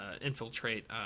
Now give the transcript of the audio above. infiltrate